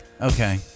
Okay